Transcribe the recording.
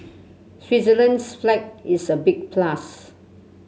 Switzerland's flag is a big plus